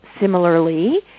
similarly